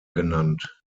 genannt